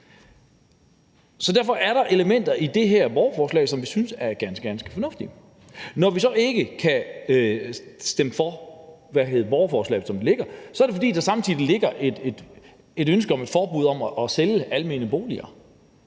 om. Derfor er der elementer i det her borgerforslag, som vi synes er ganske, ganske fornuftige. Når vi så ikke kan stemme for borgerforslaget, som det ligger, er det, fordi der samtidig ligger et ønske om et forbud mod at sælge almene boliger,